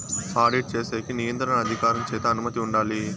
audit చేసేకి నియంత్రణ అధికారం చేత అనుమతి ఉండాలి